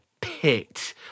pit